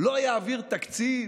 לא יעביר תקציב?